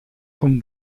con